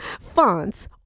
fonts